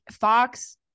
Fox